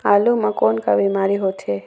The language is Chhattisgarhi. आलू म कौन का बीमारी होथे?